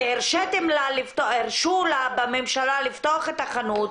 והרשו לה בממשלה לפתוח את החנות,